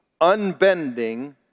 unbending